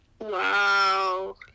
Wow